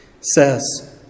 says